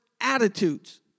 attitudes